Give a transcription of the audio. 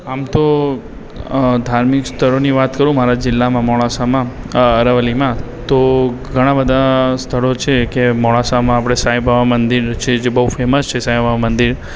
આમ તો ધાર્મિક સ્થળોની વાત કરું મારા જિલ્લામાં મોડાસામાં અરવલ્લીમાં તો ઘણાં બધા સ્થળો છે કે મોડાસામાં આપણે સાઈબાબા મંદિર છે જે બહુ ફેમસ છે સાઈબાબા મંદિર